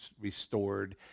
restored